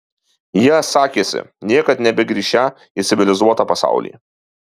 jie sakėsi niekad nebegrįšią į civilizuotą pasaulį